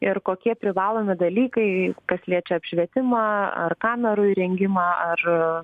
ir kokie privalomi dalykai kas liečia apšvietimą ar kamerų įrengimą ar